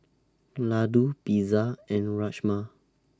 Ladoo Pizza and Rajma